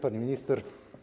Pani Minister!